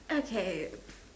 okay